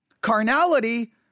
Carnality